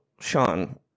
Sean